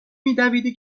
میدویدی